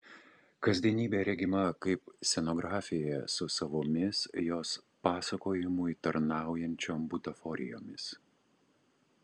kasdienybė regima kaip scenografija su savomis jos pasakojimui tarnaujančiom butaforijomis